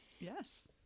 Yes